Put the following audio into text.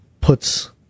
puts